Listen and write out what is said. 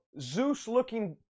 Zeus-looking